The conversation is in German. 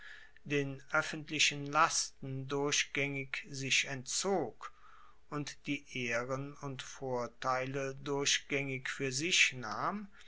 den oeffentlichen lasten durchgaengig sich entzog und die ehren und vorteile durchgaengig fuer sich nahm